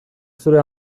zure